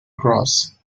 cross